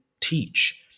teach